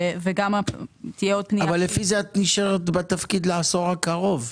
וגם תהיה עוד פנייה --- אבל לפי זה את נשארת בתפקיד לעשור האחרון,